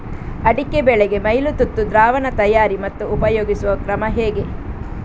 ಅಡಿಕೆ ಬೆಳೆಗೆ ಮೈಲುತುತ್ತು ದ್ರಾವಣ ತಯಾರಿ ಮತ್ತು ಉಪಯೋಗಿಸುವ ಕ್ರಮ ಹೇಗೆ?